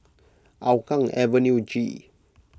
Hougang Avenue G